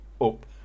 up